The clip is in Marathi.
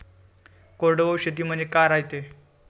कोरडवाहू शेती म्हनजे का रायते?